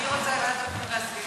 אני רוצה לפנים והגנת הסביבה.